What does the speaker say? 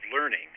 learning